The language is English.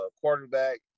quarterback